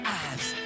eyes